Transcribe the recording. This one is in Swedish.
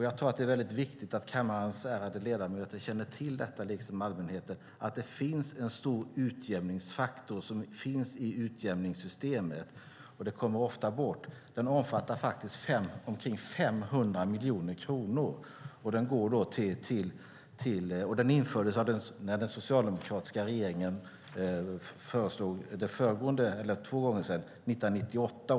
Jag tror att det är väldigt viktigt att kammarens ärade ledamöter, liksom allmänheten, känner till att det finns en stor utjämningsfaktor i systemet. Den kommer ofta bort. Den omfattar faktiskt omkring 500 miljoner kronor och infördes av den socialdemokratiska regeringen genom beslut 1998.